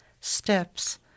steps